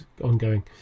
ongoing